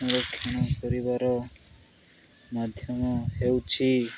ସଂରକ୍ଷଣ କରିବାର ମାଧ୍ୟମ ହେଉଛି